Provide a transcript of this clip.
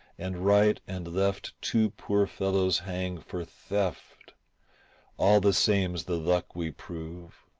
and right and left two poor fellows hang for theft all the same's the luck we prove,